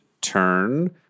turn